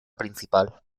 principal